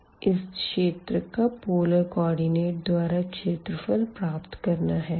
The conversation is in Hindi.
इस क्षेत्र का पोलर कोऑर्डिनेट द्वारा क्षेत्रफल प्राप्त करना है